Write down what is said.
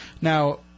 Now